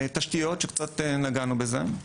תשתיות, שקצת נגענו בזה;